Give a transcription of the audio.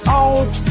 out